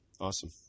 awesome